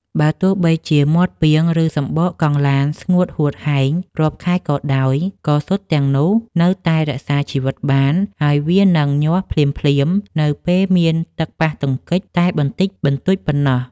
បើទោះបីជាមាត់ពាង ឬសំបកកង់ឡានស្ងួតហួតហែងរាប់ខែក៏ដោយ ក៏ស៊ុតទាំងនោះនៅតែរក្សាជីវិតបាន ហើយវានឹងញាស់ភ្លាមៗនៅពេលមានទឹកប៉ះទង្គិចតែបន្តិចបន្តួចប៉ុណ្ណោះ។